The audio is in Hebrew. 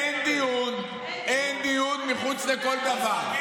אין דיון מחוץ לכל דבר.